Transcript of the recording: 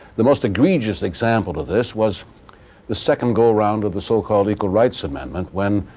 the most egregious example of this was the second go-around of the so-called equal rights amendment when